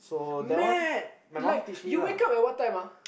mad like you wake up at what time ah